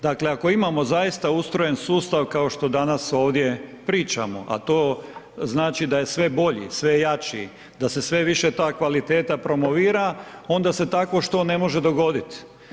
Dakle, ako imamo zaista ustrojen sustav kao što danas ovdje pričamo, a to znači, da je sve bolji, sve je jači, da se sve više ta kvaliteta promovira, onda se takvo što ne može dogoditi.